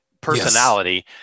personality